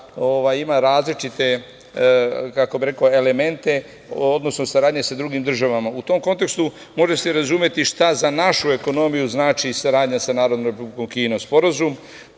ima različite, kako bih rekao, elemente saradnje sa drugim državama.U tom kontekstu može se razumeti šta za našu ekonomiju znači saradnja sa Narodnom Republikom Kinom. Sporazum